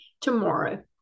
tomorrow